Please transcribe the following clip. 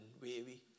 wavy